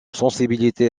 sensibilité